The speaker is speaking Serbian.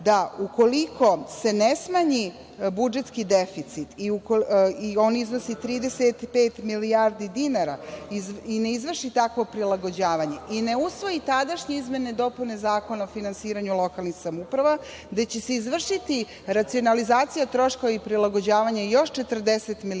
da ukoliko se ne smanji budžetski deficit, a on iznosi 35 milijardi dinara, i ne izvrši takvo prilagođavanje i ne usvoje tadašnje izmene i dopune Zakona o finansiranju lokalnih samouprava, da će se izvršiti racionalizacija troškova i prilagođavanje još 40 milijardi